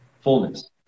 fullness